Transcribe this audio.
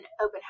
open